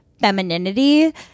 femininity